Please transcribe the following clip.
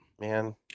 Man